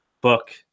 book